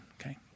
Okay